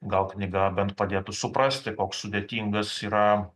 gal knyga bent padėtų suprasti koks sudėtingas yra